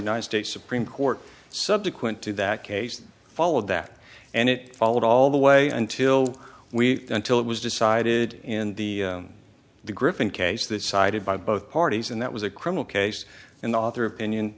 united states supreme court subsequent to that case that followed that and it followed all the way until we until it was decided in the the griffin case that sided by both parties and that was a criminal case and author opinion